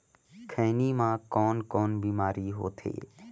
खैनी म कौन कौन बीमारी होथे?